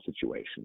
situation